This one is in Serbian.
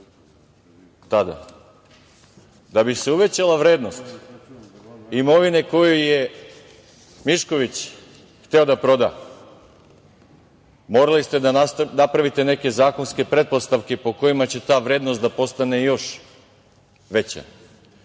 tada. Da bi se uvećala vrednost imovine koju je Mišković hteo da proda morali ste da napravite neke zakonske pretpostavke po kojima će ta vrednost da postane još veća.